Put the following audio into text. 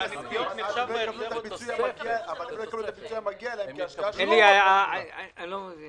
אבל הם לא יקבלו את הפיצוי המגיע להם כי ההשקעה שלהם לא הייתה כעת.